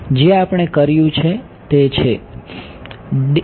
જે આપણે કર્યું તે છે નં